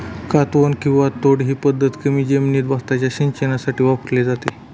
कातवन किंवा तोड ही पद्धत कमी जमिनीत भाताच्या सिंचनासाठी वापरली जाते